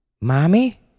Mommy